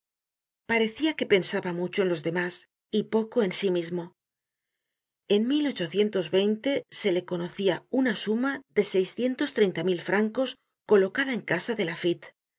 parecia que pensaba mucho en los demás y poco en sí mismo en se le conocia una suma de seiscientos treinta mil francos colocada en casa de